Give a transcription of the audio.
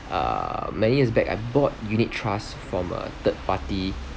err many years back I bought unit trust from a third party